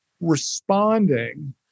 responding